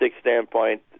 standpoint